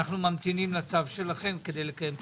אנו ממתינים לצו שלכם כדי לקיים את הדיון.